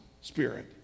spirit